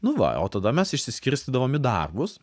nu va o tada mes išsiskirstydavom į darbus